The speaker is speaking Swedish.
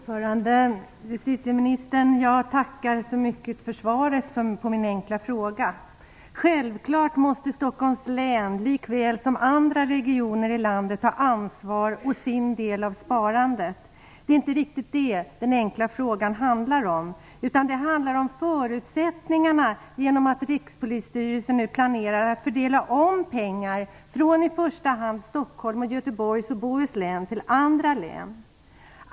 Fru talman! Jag tackar justitieministern så mycket för svaret på min fråga. Självklart måste Stockholms län, likväl som andra regioner i landet, ta ansvar och sin del av sparandet. Det är inte riktigt det som frågan handlar om, utan den handlar om förutsättningarna när Rikspolisstyrelsen nu planerar att fördela om pengar från i första hand Stockholms län och Göteborgs och Bohus län till andra län.